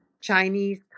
Chinese